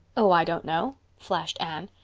oh, i don't know, flashed anne.